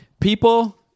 People